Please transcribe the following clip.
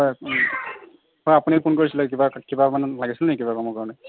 হয় হয় আপুনি ফোন কৰিছিলে কিবা কিবা মানে লাগিছিল নেকি কিবা কামৰ কাৰণে